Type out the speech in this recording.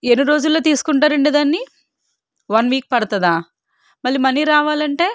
ఎన్ని రోజుల్లో తీసుకుంటారండి దాన్ని వన్ వీక్ పడుతుందా మళ్ళీ మనీ రావాలంటే